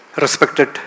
Respected